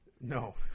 No